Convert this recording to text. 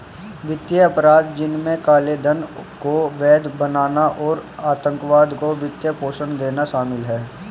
वित्तीय अपराध, जिनमें काले धन को वैध बनाना और आतंकवाद को वित्त पोषण देना शामिल है